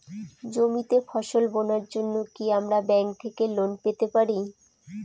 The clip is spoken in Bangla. জমিতে ফসল বোনার জন্য কি আমরা ব্যঙ্ক থেকে লোন পেতে পারি?